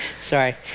sorry